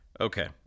Okay